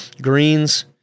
greens